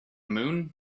moon